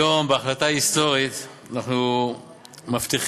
היום בהחלטה היסטורית אנחנו מבטיחים